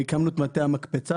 הקמנו את מטה "המקפצה",